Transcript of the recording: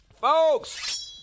Folks